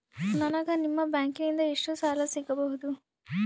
ನನಗ ನಿಮ್ಮ ಬ್ಯಾಂಕಿನಿಂದ ಎಷ್ಟು ಸಾಲ ಸಿಗಬಹುದು?